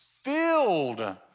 filled